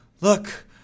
Look